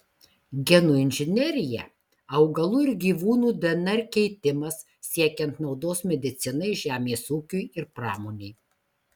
genų inžinerija augalų ir gyvūnų dnr keitimas siekiant naudos medicinai žemės ūkiui ir pramonei